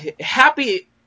happy